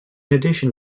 addition